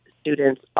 students